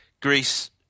Greece